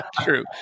true